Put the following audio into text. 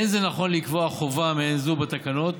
אין זה נכון לקבוע חובה מעין זו בתקנות,